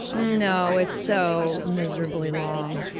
you know it's so miserabley long.